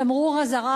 תמרור אזהרה,